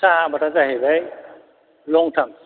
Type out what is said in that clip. साहा आबादा जाहैबाय लं टार्मस